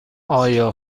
آیا